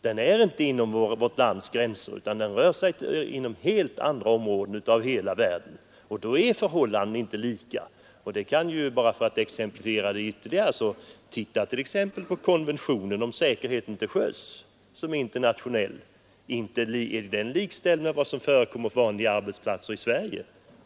Den rör sig inte inom vårt lands gränser utan inom helt andra områden i hela världen, och då är förhållandena inte lika. För att exemplifiera det ytterligare kan vi se på konventionen om säkerhet till sjöss som är internationell. Inte är den 135 likställd med föreskrifterna på vanliga arbetsplatser i Sverige.